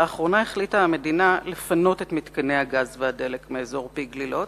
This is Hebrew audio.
לאחרונה החליטה המדינה לפנות את מתקני הגז והדלק מאזור פי-גלילות.